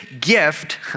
gift